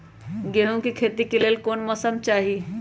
गेंहू के खेती के लेल कोन मौसम चाही अई?